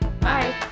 bye